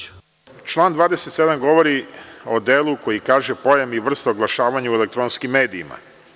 Član 27. govori o delu koji kaže – pojam i vrste oglašavanja u elektronskim medijima.